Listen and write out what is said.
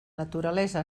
naturalesa